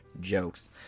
Jokes